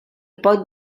poc